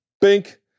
bink